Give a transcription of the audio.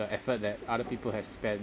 the effort that other people have spent